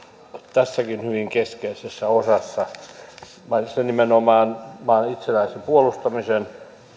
tässäkin hyvin keskeisessä osassa mainitsen nimenomaan maan itsenäisen puolustamisen